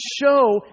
show